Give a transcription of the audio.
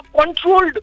controlled